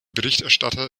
berichterstatter